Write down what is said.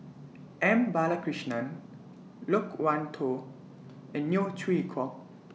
M Balakrishnan Loke Wan Tho and Neo Chwee Kok